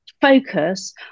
focus